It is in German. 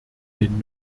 den